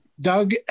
Doug